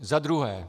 Za druhé.